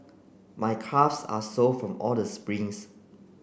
my calves are sore from all the sprints